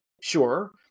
sure